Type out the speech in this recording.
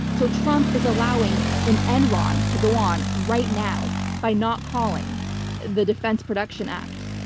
so trump is allowing an enron to go on right now by not calling the defense production act.